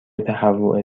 تهوع